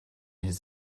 his